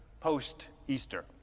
post-Easter